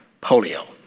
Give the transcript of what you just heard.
polio